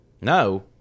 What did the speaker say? No